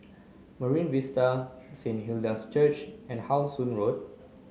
Marine Vista Saint Hilda's Church and How Sun Road